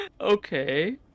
Okay